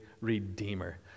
redeemer